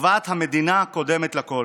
טובת המדינה קודמת לכול.